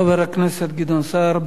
חבר הכנסת גדעון סער.